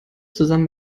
zusammen